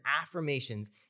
affirmations